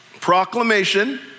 proclamation